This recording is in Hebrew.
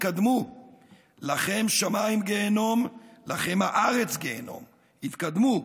התקדמו / לכם שמיים גיהינום / לכם הארץ גיהינום / התקדמו!